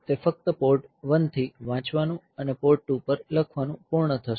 તે ફક્ત પોર્ટ 1 થી વાંચવાનું અને પોર્ટ 2 પર લખવાનું પૂર્ણ થશે